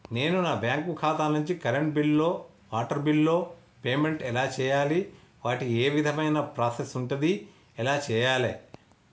నేను నా బ్యాంకు ఖాతా నుంచి కరెంట్ బిల్లో వాటర్ బిల్లో పేమెంట్ ఎలా చేయాలి? వాటికి ఏ విధమైన ప్రాసెస్ ఉంటది? ఎలా చేయాలే?